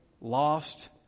lost